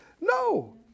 No